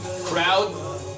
Crowd